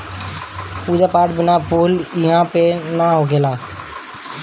पूजा पाठ बिना फूल के इहां पे ना होखेला